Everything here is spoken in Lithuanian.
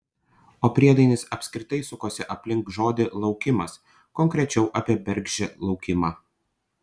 o priedainis apskritai sukosi aplink žodį laukimas konkrečiau apie bergždžią laukimą